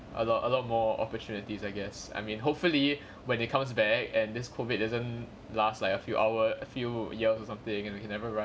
a lot a lot more opportunities I guess I mean hopefully when it comes back and this COVID doesn't last like a few hour a few years or something and they can never run